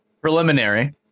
preliminary